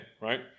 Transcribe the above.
right